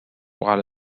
على